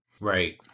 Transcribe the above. Right